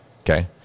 Okay